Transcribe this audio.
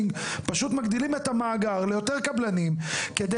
פשוט מגדילים את המאגר ליותר קבלנים כדי